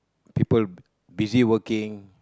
people busy working